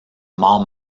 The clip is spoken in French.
mort